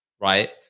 right